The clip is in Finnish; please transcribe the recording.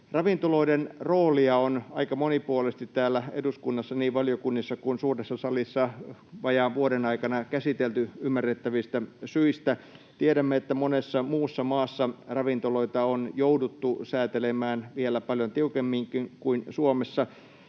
Ravintoloiden roolia on aika monipuolisesti täällä eduskunnassa, niin valiokunnissa kuin suuressa salissa, vajaan vuoden aikana käsitelty, ymmärrettävistä syistä. Tiedämme, että monessa muussa maassa ravintoloita on jouduttu säätelemään vielä paljon tiukemminkin kuin Suomessa.